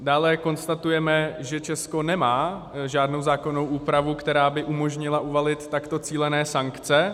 Dále konstatujeme, že Česko nemá žádnou zákonnou úpravu, která by umožnila uvalit takto cílené sankce.